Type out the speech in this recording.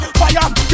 fire